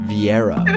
Viera